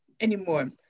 anymore